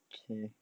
okay